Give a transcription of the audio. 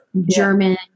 German